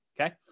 okay